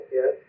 Yes